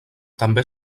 també